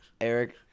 eric